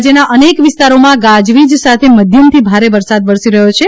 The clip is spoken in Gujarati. રાજ્યના અનેક વિસ્તારોમાં ગાજવીજ સાથે મધ્યમથી ભારે વરસાદ વરસી રહ્યો છે